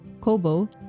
Kobo